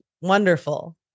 wonderful